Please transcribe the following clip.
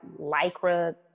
lycra